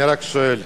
אני רק שואל: